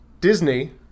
Disney